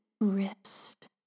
wrist